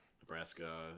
Nebraska